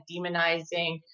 demonizing